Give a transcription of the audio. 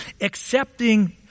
Accepting